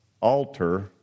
altar